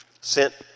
sent